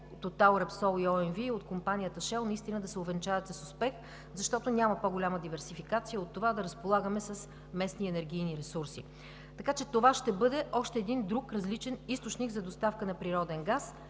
„Тотал репсол“ и ОМW, от компанията „Шел“, да се увенчаят с успех, защото няма по-голяма диверсификация от това да разполагаме с местни енергийни ресурси. Това ще бъде още един различен източник за доставка на природен газ.